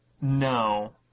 No